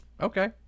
okay